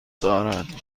دارد